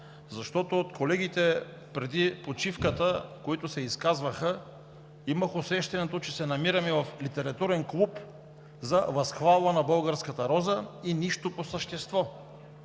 на колегите преди почивката имах усещането, че се намираме в литературен клуб за възхвала на българската роза и нищо по същество!